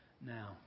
now